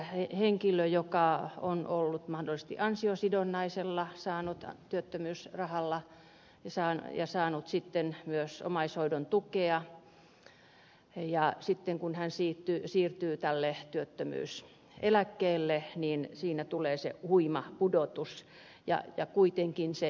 esimerkiksi henkilö on ollut mahdollisesti ansiosidonnaisella työttömyysrahalla ja saanut sitten myös omaishoidon tukea ja sitten kun hän siirtyy tälle työttömyyseläkkeelle niin siinä tulee se huima pudotus ja kuitenkin se työ jatkuu